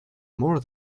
more